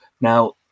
Now